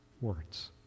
words